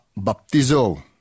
baptizo